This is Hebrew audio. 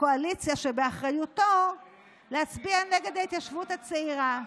הקואליציה שבאחריותו להצביע נגד ההתיישבות הצעירה.